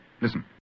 Listen